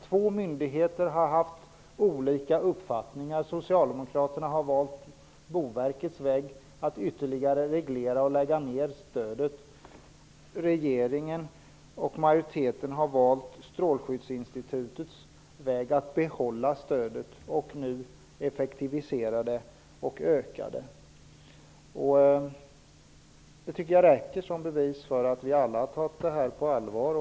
Två myndigheter har haft olika uppfattningar. Socialdemokraterna har valt Boverkets väg, dvs. att ytterligare reglera och att lägga ner stödet. Regeringen och majoriteten har valt Strålskyddsinstitutets väg, som innebär att stödet behålls och nu effektiviseras och ökas. Detta räcker som bevis för att vi alla har tagit det här på allvar.